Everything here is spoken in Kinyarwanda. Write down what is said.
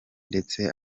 ndetse